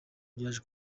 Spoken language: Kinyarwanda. byaje